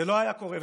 זה לא היה קורה.